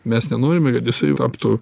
mes nenorime kad jisai taptų